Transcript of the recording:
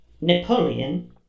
Napoleon